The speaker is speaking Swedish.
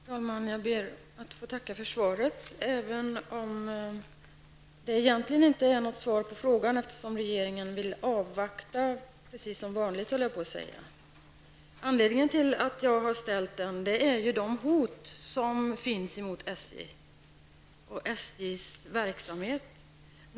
Herr talman! Jag ber att få tacka för svaret, även om det egentligen inte är något svar på frågan, eftersom regeringen precis som vanligt, höll jag på att säga, vill avvakta. Anledningen till att jag ställt den är de hot som riktats mot SJ och SJs verksamhet.